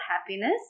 happiness